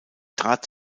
trat